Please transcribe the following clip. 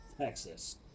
Texas